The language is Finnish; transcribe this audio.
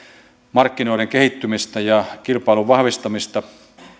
markkinoiden kehittymistä ja kilpailun vahvistamista